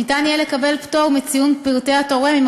ניתן יהיה לקבל פטור מציון פרטי תורם אם